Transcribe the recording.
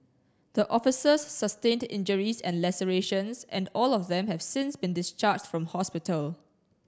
the officers sustained injuries and lacerations and all of them have since been discharged from hospital